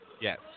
Yes